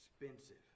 expensive